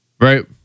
Right